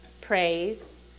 praise